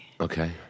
Okay